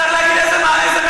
וזה היה, צריך להגיד איזה מסר.